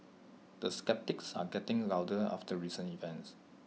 the sceptics are getting louder after recent events